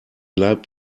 leib